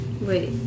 Wait